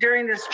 during this